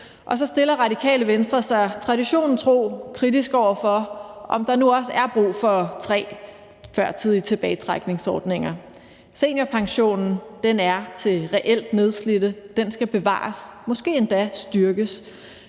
Og så stiller Radikale Venstre sig traditionen tro kritisk over for, om der nu også er brug for tre førtidige tilbagetrækningsordninger. Seniorpensionen er til reelt nedslidte, og den skal bevares og måske endda styrkes,